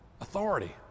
Authority